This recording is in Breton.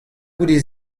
goude